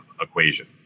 equation